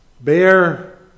bear